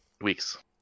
Weeks